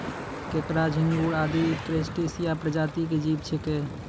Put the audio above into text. केंकड़ा, झिंगूर आदि क्रस्टेशिया प्रजाति के जीव छेकै